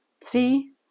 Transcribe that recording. See